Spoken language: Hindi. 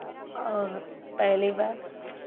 और पहली बात